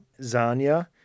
Zanya